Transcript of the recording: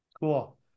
Cool